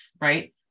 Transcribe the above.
right